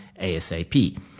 ASAP